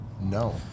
no